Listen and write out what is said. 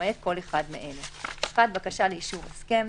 ולמעט כל אחד מאלה: (1) בקשה לאישור הסכם,